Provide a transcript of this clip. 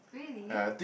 really